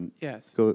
Yes